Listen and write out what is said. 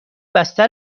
بستر